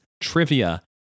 trivia